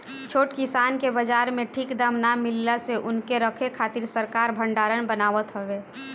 छोट किसान के बाजार में ठीक दाम ना मिलला से उनके रखे खातिर सरकार भडारण बनावत हवे